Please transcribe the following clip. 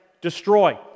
destroy